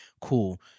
cool